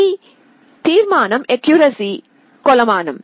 ఈ తీర్మానం అక్యూరసి కొలమానం